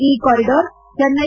ಈ ಕಾರಿಡಾರ್ ಚೆನ್ನೈ